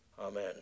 Amen